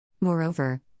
Moreover